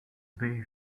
very